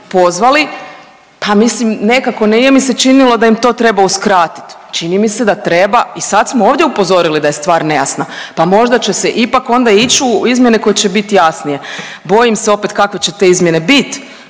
pozvali, pa mislim nekako nije mi se činilo da ih to treba uskratiti. Čini mi se da treba i sad smo ovdje upozorili da je stvar nejasna, pa možda će se ipak onda ići u izmjene koje će biti jasnije. Bojim se opet kakve će te izmjene jer